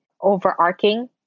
overarching